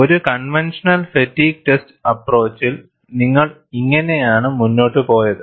ഒരു conventional fatigue test അപ്പ്റോച്ചിൽ നിങ്ങൾ ഇങ്ങനെയാണ് മുന്നോട്ട് പോയത്